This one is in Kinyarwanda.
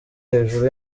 hejuru